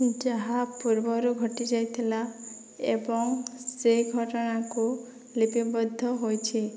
ଯାହା ପୂର୍ବରୁ ଘଟି ଯାଇଥିଲା ଏବଂ ସେ ଘଟଣାକୁ ଲିପିବଦ୍ଧ ହୋଇଛି